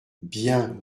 bien